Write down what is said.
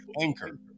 Anchor